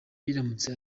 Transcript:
biramutse